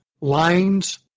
lines